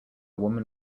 woman